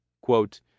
Quote